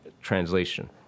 translation